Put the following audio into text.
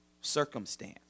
circumstance